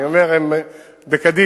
אני אומר: הם בקדימה,